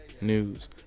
news